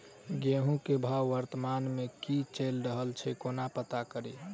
गेंहूँ केँ भाव वर्तमान मे की चैल रहल छै कोना पत्ता कड़ी?